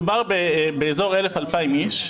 באזור 2,000-1,000 איש.